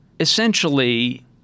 essentially